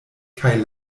kaj